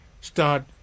start